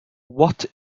what